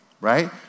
right